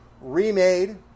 remade